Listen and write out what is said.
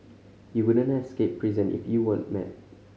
you wouldn't escape prison if you weren't mad